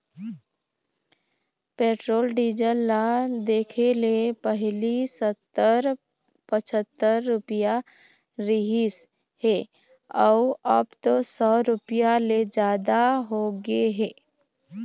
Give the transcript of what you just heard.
petrol diesel ल देखले पहिली सत्तर, पछत्तर रूपिया रिहिस हे अउ अब तो सौ रूपिया ले जादा होगे हे